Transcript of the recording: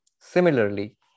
Similarly